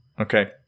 okay